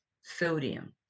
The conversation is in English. sodium